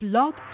Blog